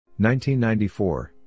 1994